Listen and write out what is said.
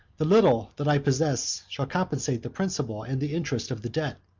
the little that i possess shall compensate the principal and the interest of the debt.